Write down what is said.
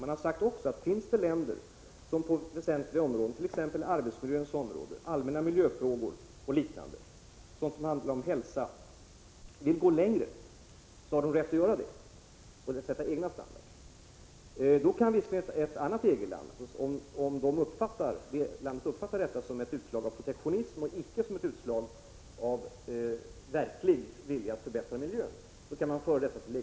Man har också sagt, att om det finns länder som på väsentliga områden, t.ex. beträffande arbetsmiljö, allmänna miljöfrågor och hälsofrågor, vill gå längre, har de rätt att göra det och sätta egna standarder. Om ett annat EG-land uppfattar detta som ett utslag av protektionism och icke som ett utslag av verklig vilja att förbättra miljön kan man föra detta till Prot.